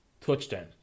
Touchdown